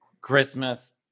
Christmas